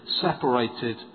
separated